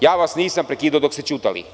Ja vas nisam prekidao dok ste ćutali.